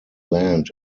land